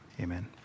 Amen